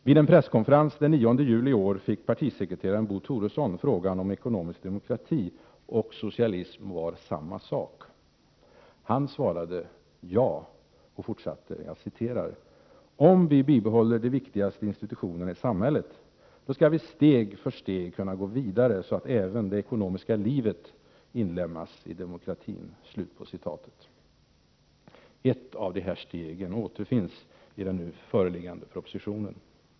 Vid en presskonferens den 9 juli i år fick partisekreteraren Bo Toresson frågan om ekonomisk demokrati och socialism var samma sak. Han svarade ja och fortsatte: ”Om vi bibehåller de viktigaste institutionerna i samhället, då skall vi steg för steg kunna gå vidare så att även det ekonomiska livet inlemmas i demokratin.” Ett av dessa steg återfinns i den nu föreliggande propositionen.